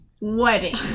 wedding